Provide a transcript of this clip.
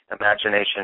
Imagination